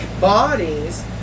bodies